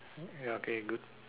ya okay good